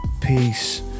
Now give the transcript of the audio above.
peace